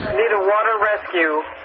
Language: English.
need a water rescue,